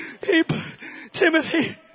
Timothy